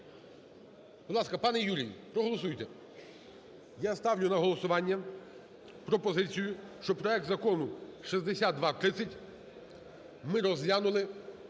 пане Юрій, проголосуйте. Я ставлю на голосування пропозицію, щоб проект закону 6230 ми розглянули